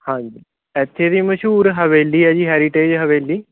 ਹਾਂਜੀ ਇੱਥੇ ਦੀ ਮਸ਼ਹੂਰ ਹਵੇਲੀ ਆ ਜੀ ਹੈਰੀਟੇਜ ਹਵੇਲੀ